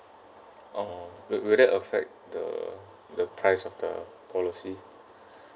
orh will will that affect the the price of the policy